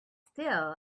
still